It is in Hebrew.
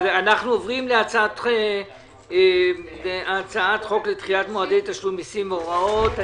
אנחנו עוברים להצעת חוק לדחיית מועדי תשלום מיסים והוראות.